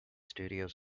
studios